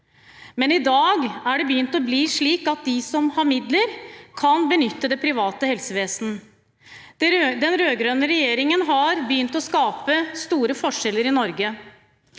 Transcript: det. I dag har det begynt å bli slik at de som har midler, kan benytte det private helsevesen. Den rødgrønne regjeringen har begynt å skape store forskjeller i Norge.